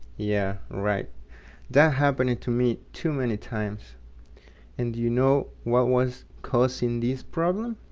yeah right that happened to me too many times and you know what was causing this problem?